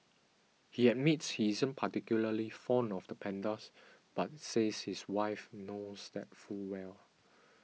he admits he isn't particularly fond of the pandas but says his wife knows that full well